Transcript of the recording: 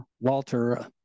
Walter